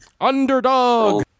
Underdog